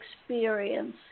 experience